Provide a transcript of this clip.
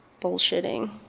bullshitting